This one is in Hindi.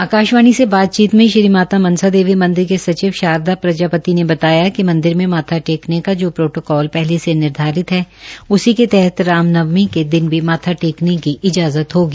आकाशवाणी से बातचीत में श्री माता मनसा देवी मंदिर के सचिव शारदा प्रजापति ने बताया कि मंदिर में माथा टेकने का जो प्रोटोकाल पहले से निर्धारित है उसी के तहत रामनवमी के दिन भी माथा टेकने की इजाजत होगी